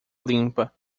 limpa